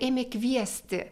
ėmė kviesti